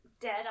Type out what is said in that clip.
dead